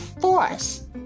force